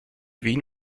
wien